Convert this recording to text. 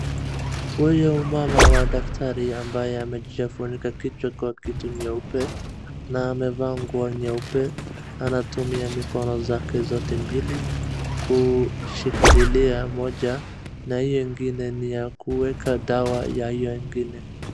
Huyu mama wa daktari ambaye amejifunika kichwa kwa kitu nyeupe, na amevaa nguo nyeupe anatumia mikono zake zote mbili, kushikilia moja na hio ingine ni ya kuweka dawa ya hiyo ingine.